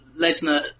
Lesnar